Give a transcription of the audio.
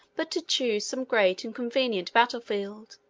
but to choose some great and convenient battle-field,